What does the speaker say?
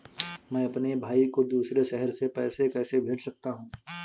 मैं अपने भाई को दूसरे शहर से पैसे कैसे भेज सकता हूँ?